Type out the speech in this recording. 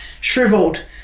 shriveled